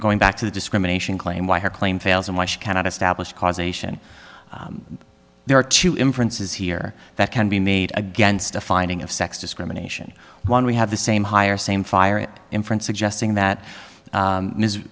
going back to the discrimination claim why her claim fails and why she cannot establish causation there are two inferences here that can be made against a finding of sex discrimination one we have the same higher same fire in france suggesting that